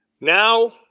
Now